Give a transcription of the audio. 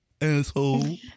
asshole